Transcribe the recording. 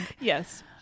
Yes